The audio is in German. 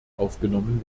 aufgenommen